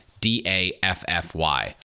D-A-F-F-Y